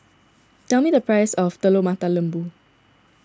tell me the price of Telur Mata Lembu